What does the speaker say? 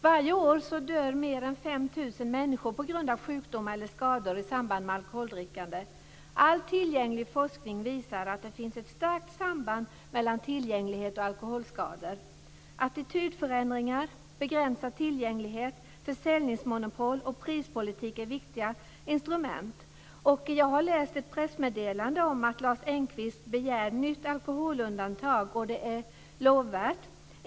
Varje år dör mer än 5 000 människor på grund av sjukdomar eller skador i samband med alkoholdrickande. All tillgänglig forskning visar att det finns ett starkt samband mellan tillgänglighet och alkoholskador. Attitydförändringar, begränsad tillgänglighet, försäljningsmonopol och prispolitik är viktiga instrument. Jag har läst ett pressmeddelande om att Lars Engqvist begär ett nytt alkoholundantag. Det är lovvärt.